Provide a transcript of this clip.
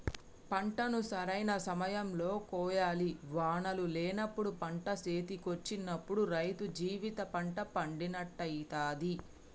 పంటను సరైన సమయం లో కోయాలి వానలు లేనప్పుడు పంట చేతికొచ్చినప్పుడు రైతు జీవిత పంట పండినట్టయితది